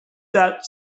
that